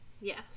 Yes